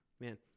man